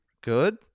good